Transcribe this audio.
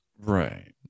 right